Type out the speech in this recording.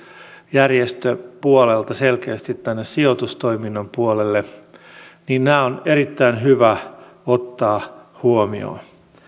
järjestöpuolelta selkeästi tänne sijoitustoiminnan puolelle nämä on erittäin hyvä ottaa huomioon